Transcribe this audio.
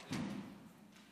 חמש דקות.